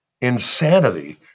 insanity